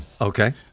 Okay